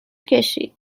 کشید